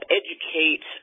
educate